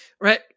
Right